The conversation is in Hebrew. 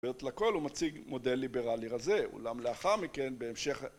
לכל הוא מציג מודל ליברלי רזה, אולם לאחר מכן בהמשך